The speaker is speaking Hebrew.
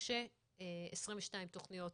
כש-22 תכניות